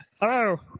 Hello